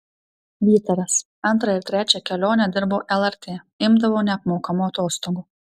vytaras antrą ir trečią kelionę dirbau lrt imdavau neapmokamų atostogų